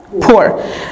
poor